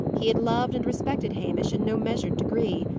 he had loved and respected hamish in no measured degree.